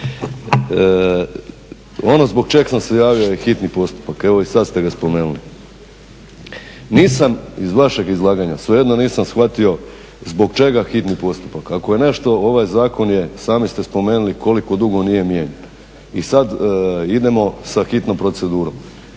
Ono zbog čega sam se javio je hitni postupak. Evo i sad ste ga spomenuli. Nisam iz vašeg izlaganja, svejedno nisam shvatio zbog čega hitni postupak. Ako je nešto, ovaj zakon je sami ste spomenuli koliko dugo nije mijenjan i sad idemo sa hitnom procedurom.